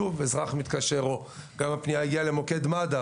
שוב אזרח מתקשר; או שהפניה הגיעה למוקד מד"א,